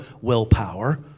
willpower